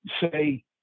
say